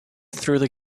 through